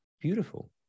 Beautiful